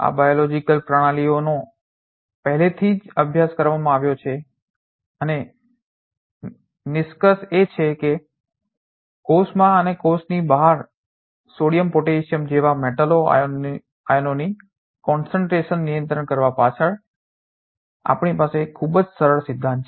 આ biological biological જૈવિક પ્રણાલીનો પહેલાથી જ અભ્યાસ કરવામાં આવ્યો છે અને નિષ્કર્ષ એ છે કે કોષમાં અને કોષની બહાર સોડિયમ પોટેશિયમ જેવા મેટલ આયનોની કોન્સેન્ટ્રેશને concentration સાંદ્રતા નિયંત્રિત કરવા પાછળ આપણી પાસે ખૂબ સરળ સિદ્ધાંત છે